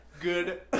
Good